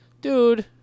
Dude